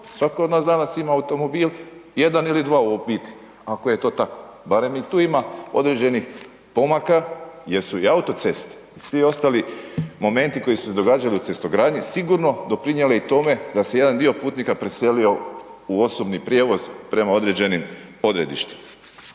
svako od nas danas ima automobil, jedan ili dva u biti ako je to tako barem i tu ima određenih pomaka jer su i autoceste i svi ostali momenti koji su se događali u cestogradnji sigurno doprinjeli i tome da se jedan dio putnika preselio u osobni prijevoz prema određenim odredištima,